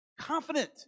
confident